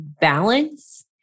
balance